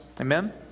Amen